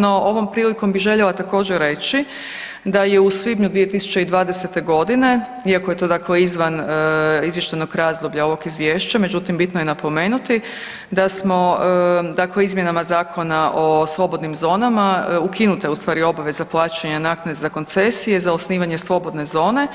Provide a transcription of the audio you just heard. No, ovom prilikom bih željela također reći da je u svibnju 2020. godine, iako je to dakle izvan izvještajnog razdoblja ovog izvješća, međutim bitno je napomenuti da smo dakle izmjenama Zakona o slobodnim zonama ukinuta je ustvari obaveza plaćanja naknade za koncesije za osnivanje slobodne zone,